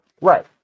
Right